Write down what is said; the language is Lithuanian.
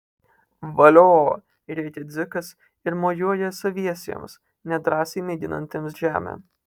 valio rėkia dzikas ir mojuoja saviesiems nedrąsiai mėginantiems žemę